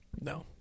No